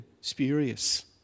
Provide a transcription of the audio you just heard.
spurious